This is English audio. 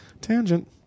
Tangent